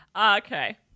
Okay